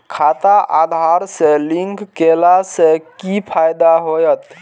खाता आधार से लिंक केला से कि फायदा होयत?